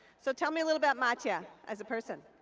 so tell me a little about matye as a person.